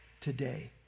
today